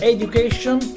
Education